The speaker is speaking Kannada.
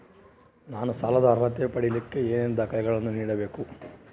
ನಾನು ಸಾಲದ ಅರ್ಹತೆ ಪಡಿಲಿಕ್ಕೆ ಏನೇನು ದಾಖಲೆಗಳನ್ನ ನೇಡಬೇಕು?